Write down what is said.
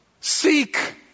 seek